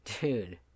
Dude